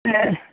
ए